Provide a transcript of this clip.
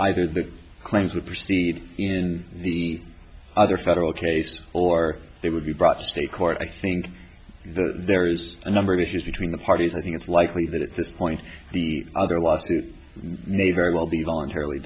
either the claims would proceed in the other federal case or they would be brought to state court i think there is a number of issues between the parties i think it's likely that at this point the other lawsuit may very well be voluntarily